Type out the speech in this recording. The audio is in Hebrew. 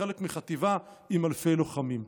חלק מחטיבה עם אלפי לוחמים.